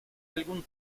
algún